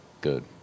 good